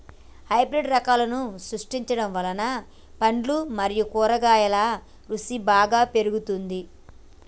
hybrid రకాలను సృష్టించడం వల్ల పండ్లు మరియు కూరగాయల రుసి బాగా పెరుగుతుంది